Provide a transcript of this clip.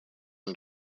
and